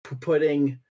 putting